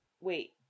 wait